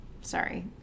sorry